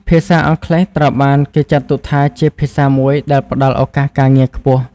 ភាសាអង់គ្លេសត្រូវបានគេចាត់ទុកថាជាភាសាមួយដែលផ្តល់ឱកាសការងារខ្ពស់។